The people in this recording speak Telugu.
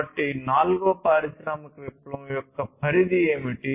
కాబట్టి నాల్గవ పారిశ్రామిక విప్లవం యొక్క పరిధి ఏమిటి